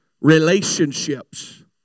relationships